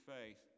faith